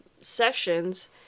sessions-